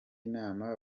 inama